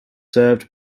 served